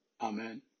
Amen